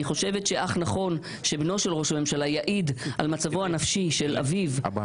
חושבת שאך נכון שבנו של ראש הממשלה יעיד על מצבו הנפשי של אביו או